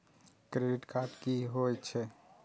Credit card की होय छै?